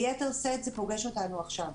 ביתר שאת זה פוגש אותנו עכשיו.